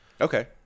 Okay